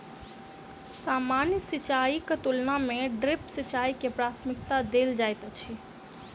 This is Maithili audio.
सामान्य सिंचाईक तुलना मे ड्रिप सिंचाई के प्राथमिकता देल जाइत अछि